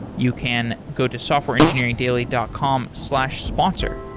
you can go to softwareengineeringdaily dot com slash sponsor.